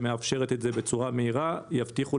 שמאפשרת את זה בצורה מהירה יבטיחו,